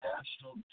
National